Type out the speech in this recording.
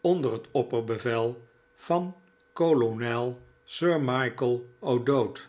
onder het opperbevel van kolonel sir michael o'dowd